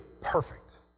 perfect